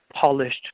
polished